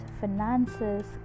finances